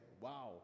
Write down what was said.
wow